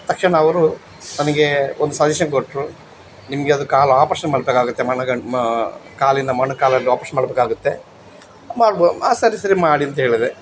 ತಕ್ಷಣ ಅವರು ನನಗೆ ಒಂದು ಸಜೆಶನ್ ಕೊಟ್ಟರು ನಿಮಗೆ ಅದು ಕಾಲು ಆಪ್ರೇಷನ್ ಮಾಡಬೇಕಾಗತ್ತೆ ಮೊಣಗಂಟ್ ಮ ಕಾಲಿನ ಮೊಣಕಾಲನ್ನು ಆಪ್ರೇಷನ್ ಮಾಡಬೇಕಾಗತ್ತೆ ಮಾಡ್ಬೋದು ಹಾಂ ಸರಿ ಸರಿ ಮಾಡಿ ಅಂತ್ಹೇಳ್ದೆ